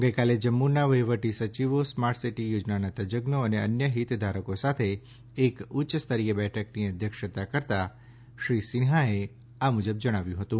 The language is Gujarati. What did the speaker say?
ગઇકાલે જમ્મુના વહીવટી સચિવો સ્માર્ટ સિટી યોજનાના તજજ્ઞો અને અન્ય હિતધારકો સાથે એક ઉચ્ચસ્તરીય બેઠકની અધ્યક્ષતા કરતા શ્રી સિન્હાએ આમ જણાવ્યું હતું